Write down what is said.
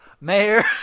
mayor